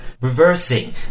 reversing